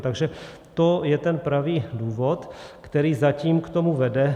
Takže to je ten pravý důvod, který zatím k tomu vede.